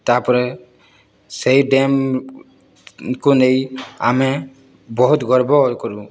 ତା' ପରେ ସେହି ଡ୍ୟାମ୍କୁ ନେଇ ଆମେ ବହୁତ ଗର୍ବ ଏ କରୁ